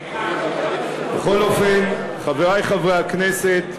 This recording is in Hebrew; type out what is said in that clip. בכל אופן, חברי חברי הכנסת,